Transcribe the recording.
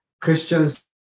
Christians